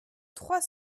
trois